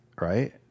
Right